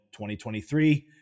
2023